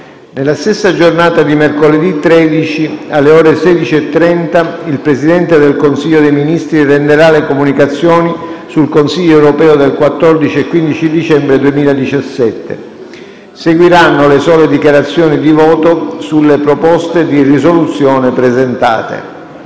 Nella stessa giornata di mercoledì 13, alle ore 16,30, il Presidente del Consiglio dei ministri renderà le comunicazioni sul Consiglio europeo del 14 e 15 dicembre 2017. Seguiranno le sole dichiarazioni di voto sulle proposte di risoluzione presentate.